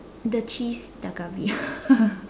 the cheese ddalk-galbi